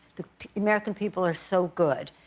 the american people are so good.